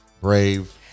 brave